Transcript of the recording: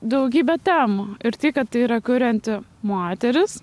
daugybė temų ir tai kad yra kurianti moteris